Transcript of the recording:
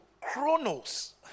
chronos